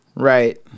Right